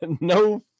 No